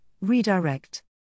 Redirect